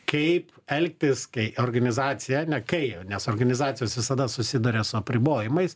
kaip elgtis kai organizacija ne kai nes organizacijos visada susiduria su apribojimais